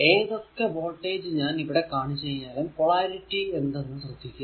ഏതൊക്കെ വോൾടേജ് ഞാൻ ഇവിടെ കാണിച്ചാലും പൊളാരിറ്റി എന്തെന്ന് ശ്രദ്ധിക്കുക